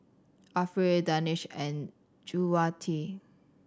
Afiq Danish and Juwita